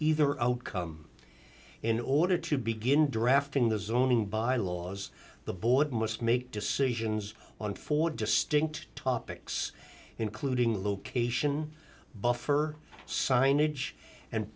either outcome in order to begin drafting the zoning bylaws the board must make decisions on four distinct topics including the location buffer signage and